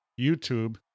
YouTube